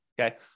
Okay